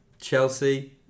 Chelsea